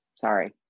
sorry